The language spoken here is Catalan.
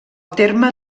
terme